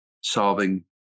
solving